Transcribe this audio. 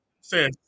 says